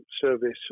service